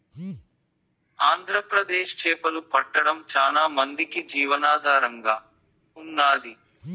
ఆంధ్రప్రదేశ్ చేపలు పట్టడం చానా మందికి జీవనాధారంగా ఉన్నాది